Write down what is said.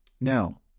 Now